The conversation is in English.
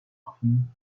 often